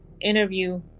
interview